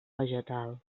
vegetal